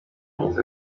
myiza